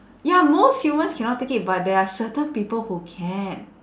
ya most humans cannot take it but there are certain people who can